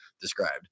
described